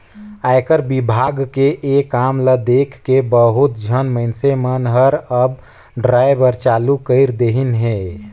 आयकर विभाग के ये काम ल देखके बहुत झन मइनसे मन हर अब डराय बर चालू कइर देहिन हे